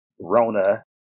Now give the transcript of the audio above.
Rona